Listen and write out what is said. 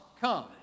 come